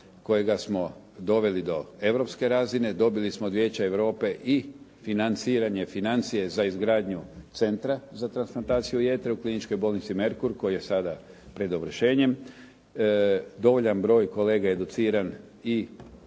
kojega smo doveli do europske razine, dobili smo od Vijeća Europe i financiranje financije za izgradnju centra za transplantaciju jetre u Kliničkoj bolnici “Merkur“ koji je sada pred dovršenjem. Dovoljan broj kolega je educiran i